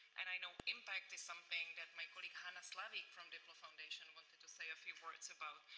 and i know impact is something that my colleague, hannah slavik, from diplofoundation, wanted to say a few words ago.